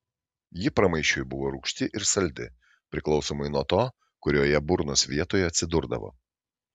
ji pramaišiui buvo rūgšti ir saldi priklausomai nuo to kurioje burnos vietoje atsidurdavo